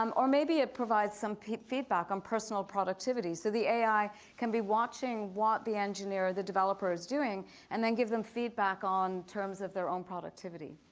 um or maybe it provides some feedback on personal productivity. so the ai can be watching what the engineer or the developer is doing and then give them feedback on terms of their own productivity.